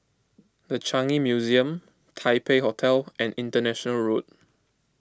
the Changi Museum Taipei Hotel and International Road